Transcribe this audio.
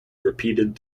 repeated